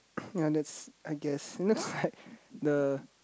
ya that's I guess next had the